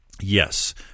Yes